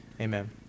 amen